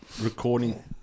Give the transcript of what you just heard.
recording